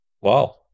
wow